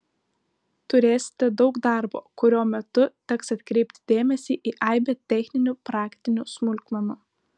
turėsite daug darbo kurio metu teks atkreipti dėmesį į aibę techninių praktinių smulkmenų